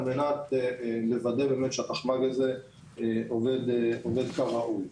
על מנת לוודא באמת שהתחמ"ג הזה עובד כראוי.